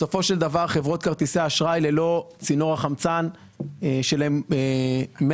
בסופו של דבר חברות כרטיסי האשראי ללא צינור החמצן שלהן מהבנקים,